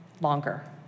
longer